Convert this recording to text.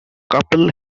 couple